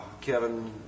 Kevin